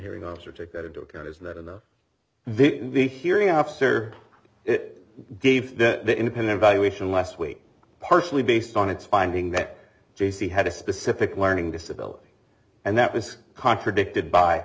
hearing officer take that into account is that enough the hearing officer it gave the independent evaluation last week partially based on its finding that j c had a specific learning disability and that was contradicted by